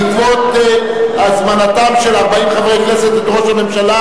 בעקבות הזמנתם של 40 חברי כנסת את ראש הממשלה